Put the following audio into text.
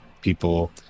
people